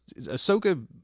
Ahsoka